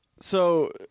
So-